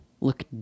look